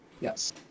Yes